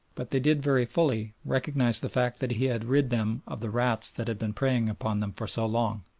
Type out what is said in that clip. but they did very fully recognise the fact that he had rid them of the rats that had been preying upon them for so long.